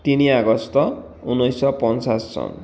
তিনি আগষ্ট উনৈছশ পঞ্চাছ চন